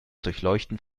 durchleuchten